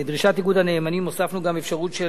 לדרישת איגוד הנאמנים הוספנו גם אפשרות של